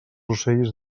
ocells